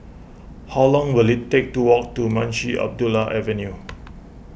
how long will it take to walk to Munshi Abdullah Avenue